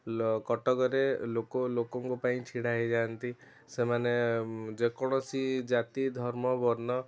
ଲ କଟକ ରେ ଲୋକ ଲୋକଙ୍କ ପାଇଁ ଛିଡ଼ା ହେଇ ଯାଆନ୍ତି ସେମାନେ ଯେକୌଣସି ଜାତି ଧର୍ମ ବର୍ଣ୍ଣ